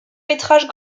métrages